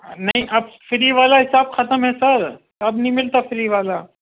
نہیں اب فری والا حساب ختم ہے سر اب نہیں ملتا فری والا